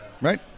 Right